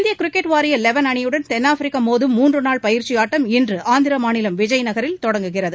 இந்திய கிரிக்கெட் வாரிய லெவன் அணியுடன் தென்னாப்பிரிக்கா மோதும் மூன்று நாள் பயிற்சி ஆட்டம் இன்று ஆந்திர மாநிலம் விஜய்நகரில் தொடங்குகிறது